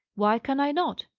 why can i not?